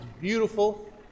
beautiful